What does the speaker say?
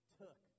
took